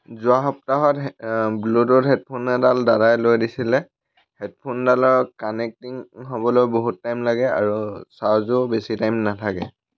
যোৱা সপ্তাহত bluetooth headphone এডাল দাদাই লৈ দিছিলে হেডফোনডালৰ কানেক্টিং হ'বলৈ বহুত টাইম লাগে আৰু চাৰ্জো বেছি টাইম নাথাকে